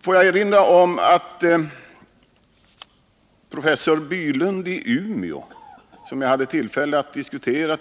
Får jag erinra om vad professor Bylund i Umeå har sagt. Jag hade tillfälle att diskutera